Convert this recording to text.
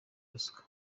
ruswa